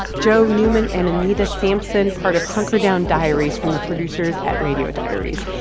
joe newman and anita sampson, part of hunker down diaries from the producers at radio diaries.